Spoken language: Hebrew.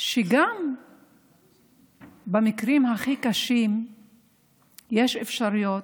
שגם במקרים הכי קשים יש אפשרויות.